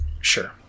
Sure